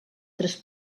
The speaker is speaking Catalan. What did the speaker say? tres